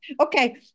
okay